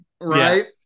right